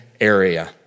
area